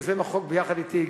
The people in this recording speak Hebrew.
יוזם החוק ביחד אתי,